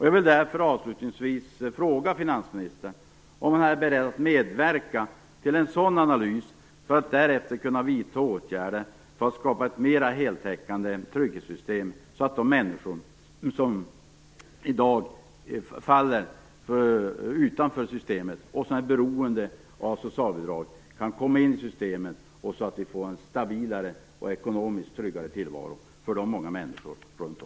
Jag vill därför, avslutningsvis, fråga finansministern om han är beredd medverka till en sådan analys för att därefter kunna vidta åtgärder för att skapa ett mera heltäckande trygghetssystem så att de människor som i dag faller utanför systemet och som är beroende av socialbidrag kan komma in i systemet och därmed få en stabilare och ekonomiskt tryggare tillvaro.